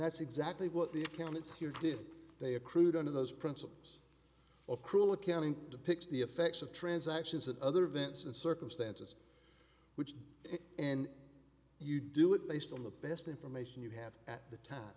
that's exactly what the account is here did they accrued under those principles of cruel accounting depicts the effects of transactions at other events and circumstances which and you do it based on the best information you have at the time